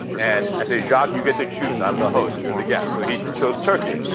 and i say, jacques, you get to choose. i'm the host, you're the guest. so he chose turkey.